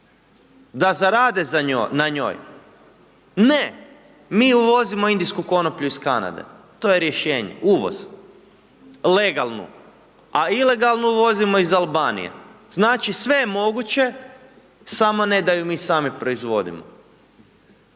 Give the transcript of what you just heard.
da zarade na njoj, ne, mi uvozimo indijsku konoplju iz Kanade, to je rješenje, uvoz, legalnu, a ilegalnu uvozimo iz Albanije. Znači sve je moguće samo ne da ju mi sami proizvodimo.